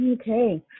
Okay